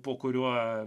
po kuriuo